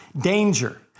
danger